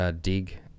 dig